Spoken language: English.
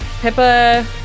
Pippa